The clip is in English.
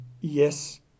yes